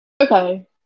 Okay